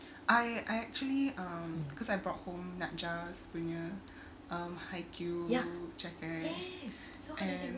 I I actually um because I brought home najhah's punya um haikyu jacket and